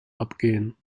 abgehen